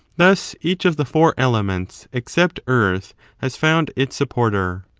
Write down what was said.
thus each of the four elements except earth has found its supporter.